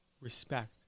respect